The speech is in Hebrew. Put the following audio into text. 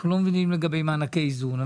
אנחנו לא מבינים לגבי מענקי איזון.